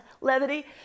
levity